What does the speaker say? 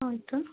ಆಯಿತು